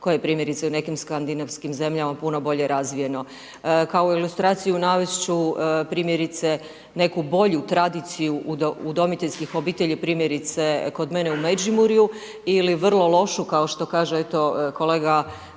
koje primjerice u nekim Skandinavskim zemljama puno bolje razvijeno. Kao ilustraciju navesti ću primjerice, neku bolju, tradiciju, udomiteljskih obitelji, primjerice, kod mene u Međimurju ili vrlo lošu, kao što kaže eto kolega